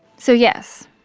so yes,